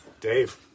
Dave